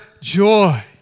joy